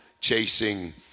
chasing